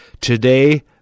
Today